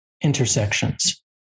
intersections